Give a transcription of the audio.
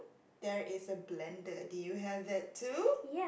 there is a blender do you have that too